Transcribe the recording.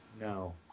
No